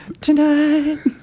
Tonight